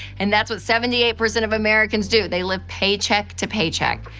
and that's what seventy eight percent of americans do. they live paycheck to paycheck,